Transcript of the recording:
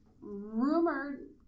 rumored